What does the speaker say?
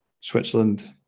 switzerland